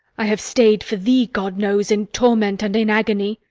i have stay'd for thee, god knows, in torment and in agony.